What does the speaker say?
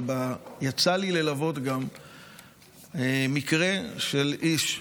גם יצא לי ללוות מקרה של איש,